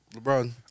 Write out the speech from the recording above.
LeBron